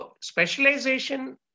specialization